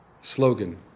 Slogan